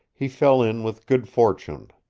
he fell in with good fortune.